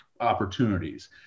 opportunities